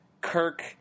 Kirk